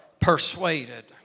Persuaded